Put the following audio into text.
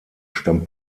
stammt